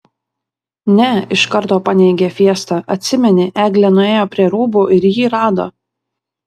ne iš karto paneigė fiesta atsimeni eglė nuėjo prie rūbų ir jį rado